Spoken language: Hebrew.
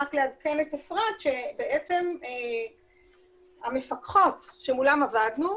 רק לעדכן את אפרת שהמפקחות שמולן עבדנו הן,